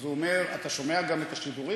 הוא אומר: אתה שומע גם את השידורים?